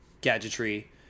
gadgetry